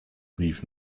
brief